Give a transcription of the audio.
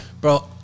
Bro